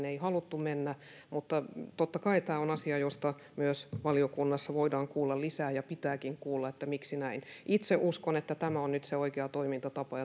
ei haluttu mennä mutta totta kai tämä on asia josta myös valiokunnassa voidaan kuulla lisää ja pitääkin kuulla miksi näin itse uskon että tämä on nyt se oikea toimintatapa